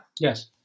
Yes